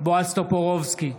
בועז טופורובסקי,